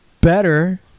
better